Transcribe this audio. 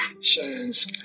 shines